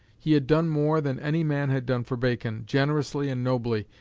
he had done more than any man had done for bacon, generously and nobly,